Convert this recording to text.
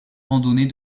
randonnée